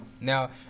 Now